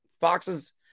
foxes